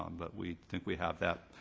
um but we think we have that